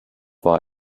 war